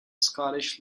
scottish